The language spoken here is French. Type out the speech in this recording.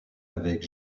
avec